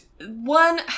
one